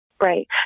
Right